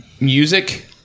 music